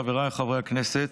חבריי חברי הכנסת,